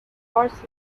horses